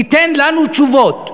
תיתן לנו תשובות.